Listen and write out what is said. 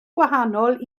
gwahanol